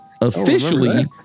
officially